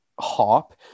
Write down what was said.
hop